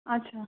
अच्छा